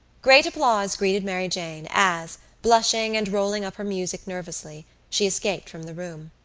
great applause greeted mary jane as, blushing and rolling up her music nervously, she escaped from the room.